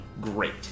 Great